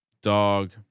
Dog